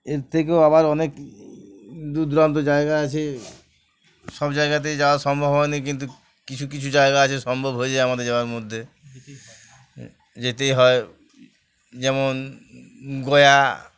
এর থেকেও আবার অনেক দূর দূরান্ত জায়গা আছে সব জায়গাতে যাওয়া সম্ভব হয়নি কিন্তু কিছু কিছু জায়গা আছে সম্ভব হয়ে যায় আমাদের যাওয়ার মধ্যে যেতেই হয় যেমন গয়া